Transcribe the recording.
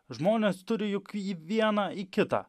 žmonės turi juk į vieną į kitą